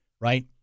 Right